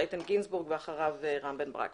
איתן גינזבורג ואחריו רם בן ברק.